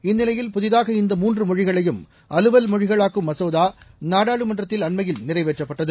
இந்நிலையில் புதிதாக இந்த மூன்றுமொழிகளையும் அலுவல் மொழிகளாக்கும் மசோதா நாடாளுமன்றத்தில் அண்மையில் நிறைவேற்றப்பட்டது